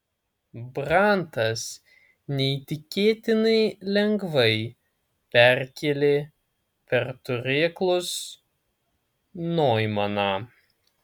brantas neįtikėtinai lengvai perkėlė per turėklus noimaną